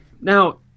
Now